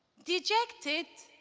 dejected,